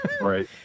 right